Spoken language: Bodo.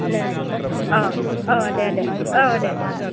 दे अ अ दे दे औ दे दे